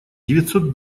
девятьсот